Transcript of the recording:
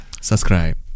subscribe